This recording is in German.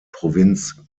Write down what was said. provinz